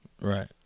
right